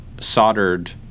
soldered